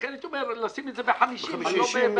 לכן הייתי אומר לשים את זה ב-50 ולא ב-40.